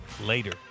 later